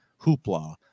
hoopla